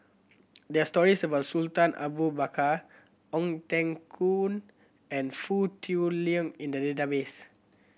there are stories about Sultan Abu Bakar Ong Teng Koon and Foo Tui Liew in the database